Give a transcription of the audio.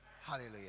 Hallelujah